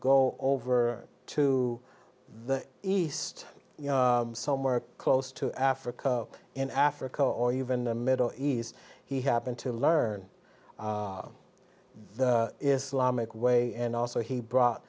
go over to the east somewhere close to africa in africa or even the middle east he happened to learn the islamic way and also he brought